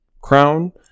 crown